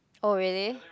oh really